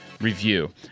review